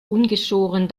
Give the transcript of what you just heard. ungeschoren